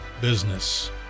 business